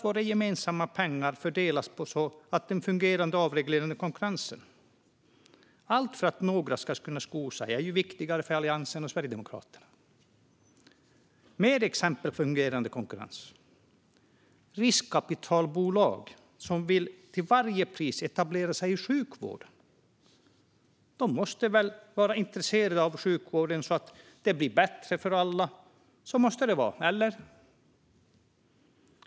Våra gemensamma pengar fördelas på det sättet på grund av den fungerande konkurrensen och avreglerade marknaden - allt för att några ska kunna sko sig. Det är viktigare för Alliansen och Sverigedemokraterna. Ännu ett exempel på fungerande konkurrens är riskkapitalbolag som till varje pris vill etablera sig i sjukvården. De måste väl vara intresserade av sjukvården och att det ska bli bättre för alla. Så måste det vara, eller?